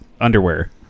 underwear